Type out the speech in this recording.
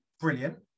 brilliant